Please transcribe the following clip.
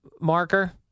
marker